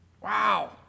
Wow